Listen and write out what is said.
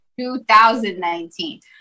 2019